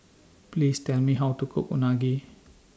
Please Tell Me How to Cook Unagi